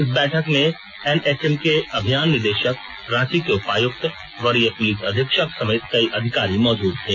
इस बैठक में एनएचएम के अभियान निदेशक रांची के उपायुक्त वरीय पुलिस अधीक्षक समेत कई अधिकारी मौजूद थे